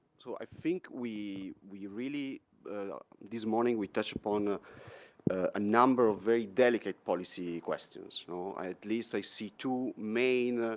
so i think we we really this morning, we touched upon a ah number of very delicate policy questions, so no? at least i see two main